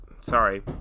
Sorry